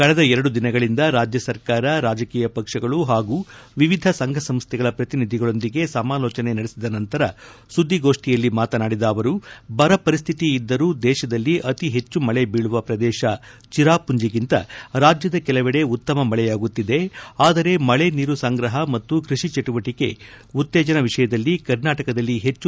ಕಳೆದ ಎರಡು ದಿನದಿಂದ ರಾಜ್ಯ ಸರ್ಕಾರ ರಾಜಕೀಯ ಪಕ್ಷಗಳು ಹಾಗೂ ವಿವಿಧ ಸಂಘ ಸಂಸ್ಲೆಗಳ ಪ್ರತಿನಿಧಿಗಳೊಂದಿಗೆ ಸಮಾಲೋಚನೆ ನಡೆಸಿದ ನಂತರ ಸುದ್ದಿಗೋಷ್ಟಿಯಲ್ಲಿ ಮಾತನಾಡಿದ ಅವರು ಬರ ಪರಿಸ್ಥಿತಿ ಇದ್ದರೂ ದೇಶದಲ್ಲಿ ಅತಿ ಹೆಚ್ಚು ಮಳೆ ಬೀಳುವ ಪ್ರದೇಶ ಚಿರಾಮಂಜಿಗಿಂತ ರಾಜ್ಯದ ಕೆಲವೆಡೆ ಉತ್ತಮ ಮಳೆಯಾಗುತ್ತಿದೆ ಆದರೆ ಮಳೆ ನೀರು ಸಂಗ್ರಹ ಮತ್ತು ಕೃಷಿ ಚಟುವಟಿಕ ಉತ್ತೇಜನ ವಿಷಯದಲ್ಲಿ ಕರ್ನಾಟಕದಲ್ಲಿ ಹೆಚ್ಚು ಪ್ರಗತಿಯಾಗಿಲ್ಲ ಎಂದು ಹೇಳಿದರು